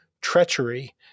treachery